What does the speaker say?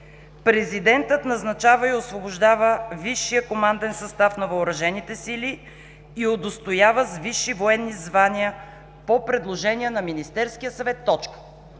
„Президентът назначава и освобождава висшия команден състав на Въоръжените сили и удостоява с висши военни звания по предложение на Министерския съвет.”